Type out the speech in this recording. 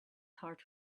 heart